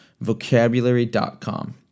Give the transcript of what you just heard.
vocabulary.com